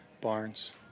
Barnes